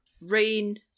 rain